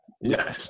Yes